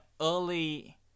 early